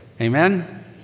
Amen